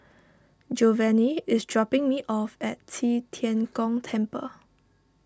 Giovanny is dropping me off at Qi Tian Gong Temple